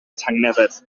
tangnefedd